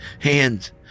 hands